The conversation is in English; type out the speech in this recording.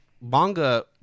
Manga